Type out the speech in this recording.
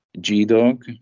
G-Dog